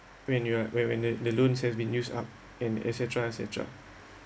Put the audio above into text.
when you are when when the the loans have been used up and etcetera etcetera